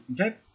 Okay